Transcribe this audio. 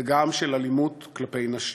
וגם של אלימות כלפי נשים.